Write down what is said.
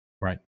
right